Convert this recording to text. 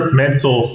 mental